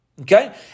Okay